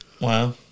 Wow